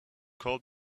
called